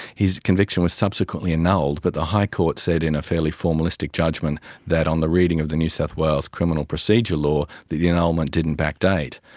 his conviction was subsequently annulled, but the high court said in a fairly formalistic judgement that on the reading of the new south wales criminal procedure law, the annulment didn't backdate.